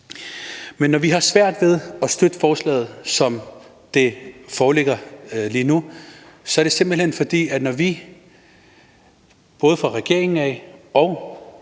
Men når vi har svært ved at støtte forslaget, som det foreligger lige nu, er det simpelt hen, fordi det, når vi både fra regeringens side og